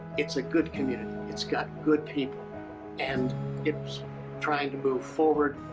it's a good community. it's got good people and it's trying to move forward.